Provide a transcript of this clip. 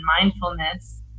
mindfulness